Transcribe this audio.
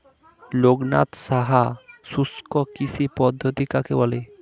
লোকনাথ সাহা শুষ্ককৃষি পদ্ধতি কাকে বলে?